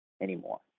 anymore